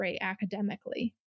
academically